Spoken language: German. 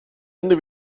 ende